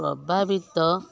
ପ୍ରଭାବିତ